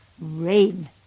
rain